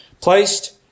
placed